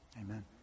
Amen